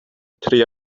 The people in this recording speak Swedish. tre